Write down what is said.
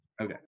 Okay